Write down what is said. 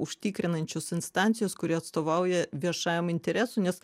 užtikrinančius instancijos kuri atstovauja viešajam interesui nes